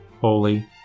Holy